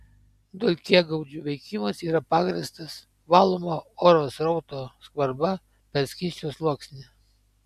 dulkėgaudžių veikimas yra pagrįstas valomo oro srauto skvarba per skysčio sluoksnį